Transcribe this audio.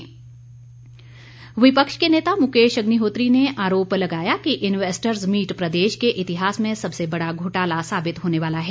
walkout विपक्ष के नेता मुकेश अग्निहोत्री ने आरोप लगाया कि इन्वेस्टर्स मीट प्रदेश के इतिहास में सबसे बड़ा घोटाला साबित होने वाला है